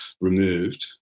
removed